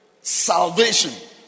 Salvation